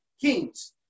Kings